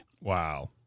Wow